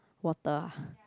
water ah